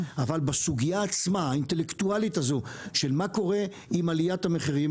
אבל בסוגיה עצמה האינטלקטואלית הזו של מה קורה עם עליית המחירים,